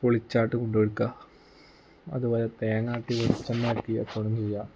പൊളിച്ചിട്ട് കൊണ്ടു കൊടുക്കുക അതു പോലെ തേങ്ങ ആട്ടി വെളിച്ചെണ്ണ ആക്കി കച്ചവടം ചെയ്യുക